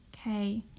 Okay